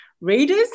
readers